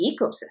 ecosystem